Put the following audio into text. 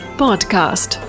podcast